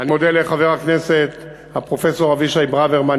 אני מודה לחבר הכנסת הפרופסור אבישי ברוורמן,